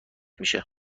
میشه